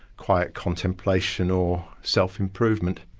quiet contemplation, or self-improvement.